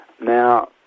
Now